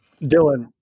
Dylan